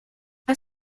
las